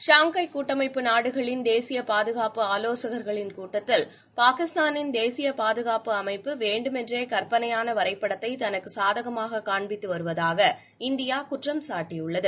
Shanghai கூட்டமைப்பு நாடுகளின் தேசிய பாதுகாப்பு ஆலோசகர்களின் கூட்டத்தில பாகிஸ்தானின் தேசிய பாதுகாப்பு அமைப்பு வேண்டு மென்றே கற்பனையான வரைபடத்தை தனக்கு சாதகமாக காண்பித்து வருவதாக இந்தியா குற்றம் சாட்டியுள்ளது